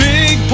Big